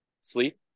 sleep